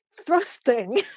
thrusting